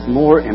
more